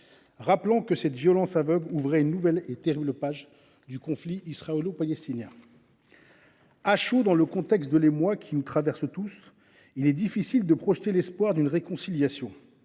rappelant que cette violence aveugle ouvrait une nouvelle et terrible page du conflit israélo-palestinien. À chaud, alors que l’émoi nous saisit tous, il est difficile de se projeter, d’avoir l’espoir d’une réconciliation.